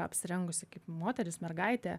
apsirengusi kaip moteris mergaitė